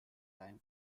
time